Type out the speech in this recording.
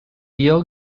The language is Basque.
dio